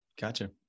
Gotcha